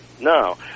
No